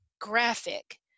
graphic